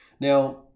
Now